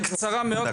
בקצרה מאוד,